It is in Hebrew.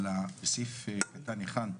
הוראת שעה)